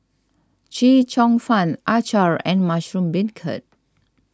Chee Cheong Fun Acar and Mushroom Beancurd